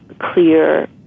clear